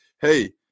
hey